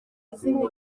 izindi